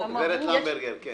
גברת למברגר, כן.